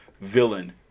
villain